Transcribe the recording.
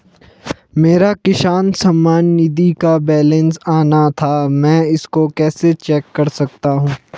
मेरा किसान सम्मान निधि का बैलेंस आना था मैं इसको कैसे चेक कर सकता हूँ?